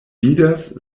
vidas